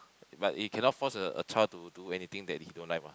but you cannot force a a child to do anything that he don't like mah